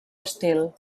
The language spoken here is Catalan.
estil